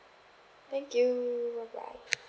thank you bye bye